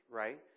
right